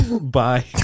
Bye